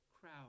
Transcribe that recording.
crowd